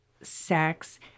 sex